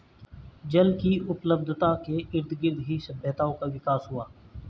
जल की उपलब्धता के इर्दगिर्द ही सभ्यताओं का विकास हुआ